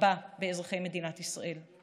רבה באזרחי מדינת ישראל.